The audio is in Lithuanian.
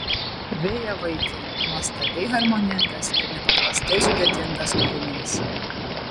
vėjavaikė nuostabiai harmoningas ir nepaprastai sudėtingas kūrinys